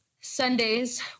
Sundays